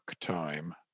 time